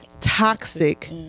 toxic